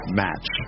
match